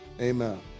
Amen